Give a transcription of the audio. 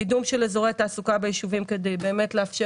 קידום של אזורי תעסוקה ביישובים כדי לאפשר